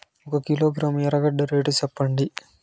ఒక కిలోగ్రాము ఎర్రగడ్డ రేటు సెప్పండి?